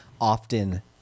often